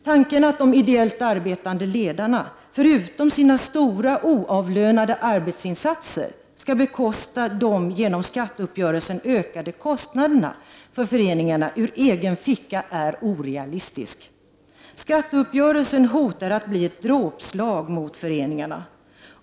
Tanken att de ideellt arbetande ledarna, förutom sina stora oavlönade arbetsinsatser, skall bekosta de genom skatteuppgörelsen ökade kostnaderna för föreningarna ur egen ficka är orealistisk. Skatteuppgörelsen hotar att bli ett dråpslag mot föreningarna.